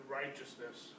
righteousness